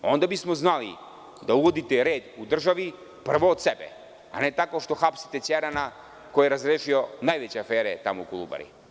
Onda bismo znali da uvodite red u državi prvo od sebe, a ne tako što hapsite Ćerana koji je razrešio najveće afere u „Kolubari“